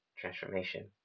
transformation